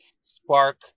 spark